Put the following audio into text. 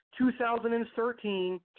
2013